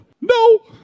No